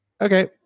Okay